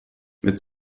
mit